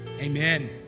amen